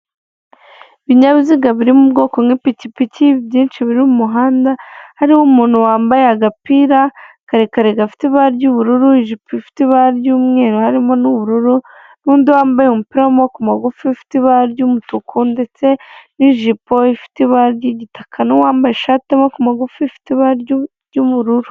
Ibinyabiziga biri mu bwoko nk'ipikipiki byinshi biri mu muhanda hariho umuntu wambaye agapira karekare gafite ibara ry'ubururu, ijiri fite ibara ry'umweru harimo n'ubururu, n'undi wambaye umupira w'amaboko magufi ufite ibara ry'umutuku ndetse n'ijipo ifite ibara ry'igitaka n'undi wambaye ishati y'amaboko magufi ifite ibara ry'ubururu.